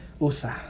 usa